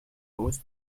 with